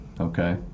Okay